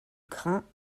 grain